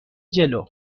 جلو